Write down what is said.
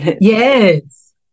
yes